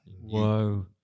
Whoa